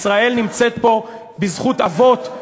ישראל נמצאת פה בזכות אבות,